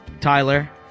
Tyler